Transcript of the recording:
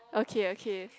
okay okay